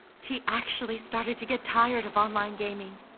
he actually started to get tired of online gaming.